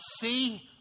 see